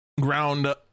ground